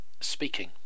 speaking